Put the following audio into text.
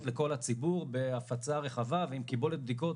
לכל הציבור בהפצה רחבה ועם קיבולת בדיקות